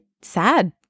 sad